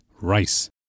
rice